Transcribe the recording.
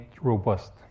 robust